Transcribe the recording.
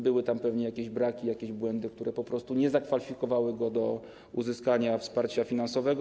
Były tam pewnie jakieś braki, jakieś błędy, które po prostu nie zakwalifikowały go do uzyskania wsparcia finansowego.